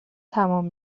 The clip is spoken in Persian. تمام